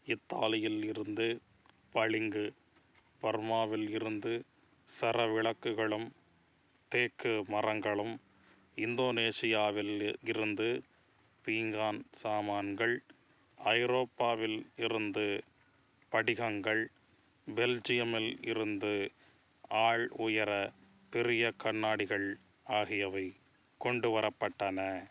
இத்தாலியில் இருந்து பளிங்கு பர்மாவில் இருந்து சரவிளக்குகளும் தேக்கு மரங்களும் இந்தோனேசியாவில் இருந்து பீங்கான் சாமான்கள் ஐரோப்பாவில் இருந்து படிகங்கள் பெல்ஜியமில் இருந்து ஆள் உயர பெரிய கண்ணாடிகள் ஆகியவை கொண்டு வரப்பட்டன